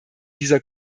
dieser